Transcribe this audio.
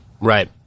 right